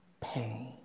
pain